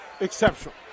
exceptional